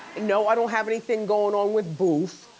no, i don't have anything going on with boof.